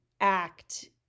act